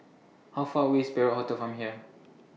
How Far away IS Perak Hotel from here